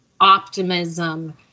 optimism